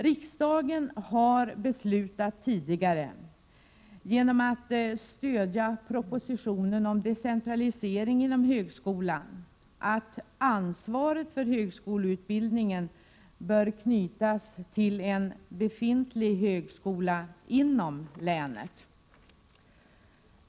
Riksdagen har tidigare beslutat, genom att stödja propositionen om decentralisering inom högskolan, att ansvaret för högskoleutbildningen bör knytas till en befintlig högskola inom länet.